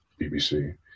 BBC